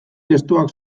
testuak